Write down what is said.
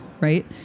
right